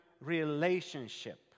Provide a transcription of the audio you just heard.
relationship